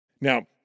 Now